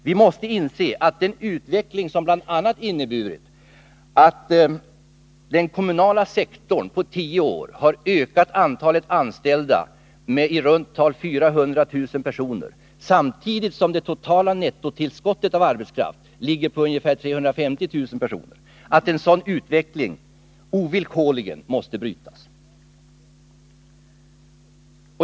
Vi måste inse att en utveckling som bl.a. inneburit att den kommunala sektorn på tio år ökat antalet anställda med i runt tal 400 000 personer, samtidigt som totala nettotillskottet av arbetskraft utgjort bara 350 000 personer, ovillkorligen måste brytas.